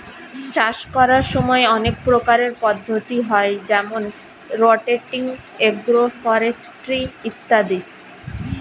চাষ করার সময় অনেক প্রকারের পদ্ধতি হয় যেমন রোটেটিং, এগ্রো ফরেস্ট্রি ইত্যাদি